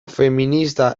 feminista